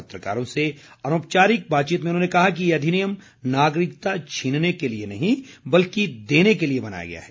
पत्रकारों से अनौपचारिक बातचीत में उन्होंने कहा कि ये अधिनियम नागरिकता छीनने के लिए नहीं बल्कि देने के लिए बनाया गया है